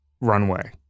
runway